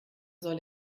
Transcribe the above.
soll